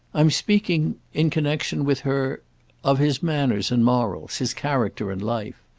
i'm speaking in connexion with her of his manners and morals, his character and life.